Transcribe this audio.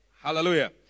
Hallelujah